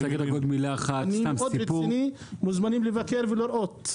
אתם מוזמנים לבקר ולראות.